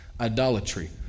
idolatry